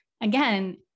again